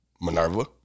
Minerva